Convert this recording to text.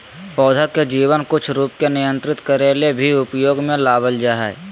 पौधा के जीवन कुछ रूप के नियंत्रित करे ले भी उपयोग में लाबल जा हइ